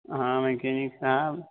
ہاں میکینک صاحب